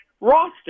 roster